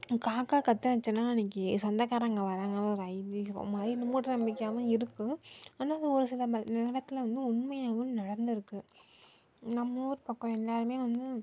காக்கா கத்துனுச்சின்னா அன்னைக்கு சொந்தக்காரங்க வராங்க ஒரு ஐதீகம் மாதிரி இது மூடநம்பிக்கையாகவும் இருக்கு ஆனால் இது ஒரு சில மணி நேரத்தில் வந்து உண்மையாகவும் நடந்துயிருக்கு நம்ம ஊர் பக்கம் எல்லாருமே வந்து